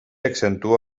accentua